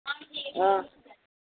हां